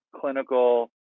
clinical